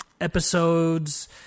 episodes